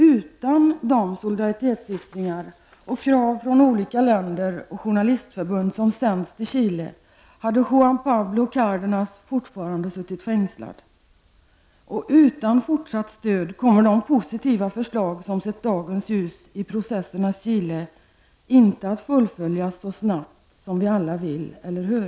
Utan de solidaritetsyttringar och krav från olika länder och journalistförbund som sänts till Chile, hade Juan Pablo Cárdenas fortfarande suttit fängslad. Utan fortsatt stöd kommer de positiva förslag som sett dagens ljus i processernas Chile inte att fullföljas så snabbt som vi alla vill, eller hur?